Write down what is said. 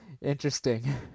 Interesting